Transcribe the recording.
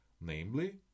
namely